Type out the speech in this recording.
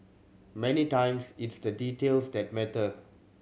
many times it's the details that matter